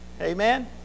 amen